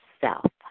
self